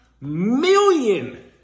million